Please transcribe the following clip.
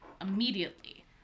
immediately